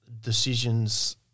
decisions